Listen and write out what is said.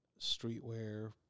Streetwear